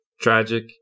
tragic